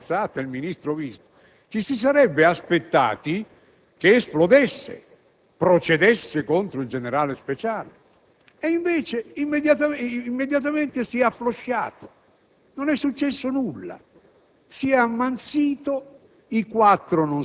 A questo punto, visto il polverone che aveva alzato il vice ministro Visco, ci si sarebbe aspettati che esplodesse, che procedesse contro il generale Speciale; invece si è immediatamente afflosciato e non è successo nulla: